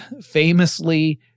famously